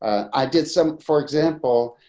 i did some, for example,